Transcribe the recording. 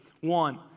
One